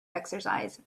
exercise